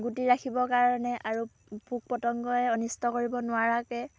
গুটি ৰাখিব কাৰণে আৰু পোক পতংগই অনিষ্ট কৰিব নোৱাৰাকৈ